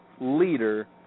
Leader